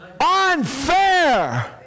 Unfair